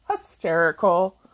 hysterical